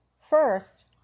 First